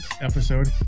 episode